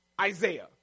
Isaiah